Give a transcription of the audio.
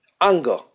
anger